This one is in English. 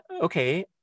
okay